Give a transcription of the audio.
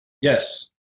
Yes